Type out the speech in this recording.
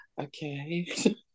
okay